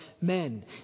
men